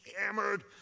hammered